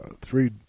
three